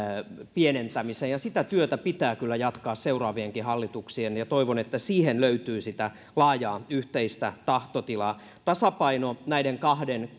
pienentämiseen sitä työtä pitää kyllä seuraavienkin hallituksien jatkaa ja toivon että siihen löytyy sitä laajaa yhteistä tahtotilaa tasapaino näiden kahden